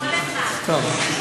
טוב.